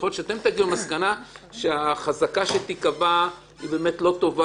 יכול להיות שאתם תגיעו למסקנה שהחזקה שתיקבע לא טובה